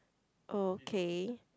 okay